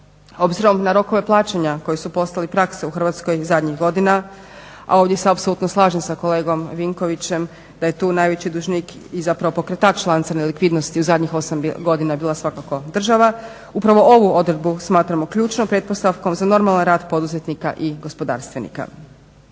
Obzirom na rokove plaćanja koji su postali praksa u Hrvatskoj zadnjih godina, a ovdje se apsolutno slažem s kolegom Vinkovićem da je tu najveći dužnik i zapravo pokretač lanca nelikvidnosti u zadnjih 8 godina je bila svakako država, upravo ovu odredbu smatramo ključnom pretpostavkom za normalan rad poduzetnika i gospodarstvenika.